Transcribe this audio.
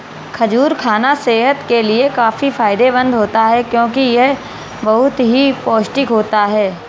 खजूर खाना सेहत के लिए काफी फायदेमंद होता है क्योंकि यह बहुत ही पौष्टिक होता है